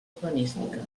urbanística